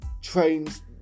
trains